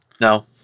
No